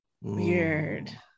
Weird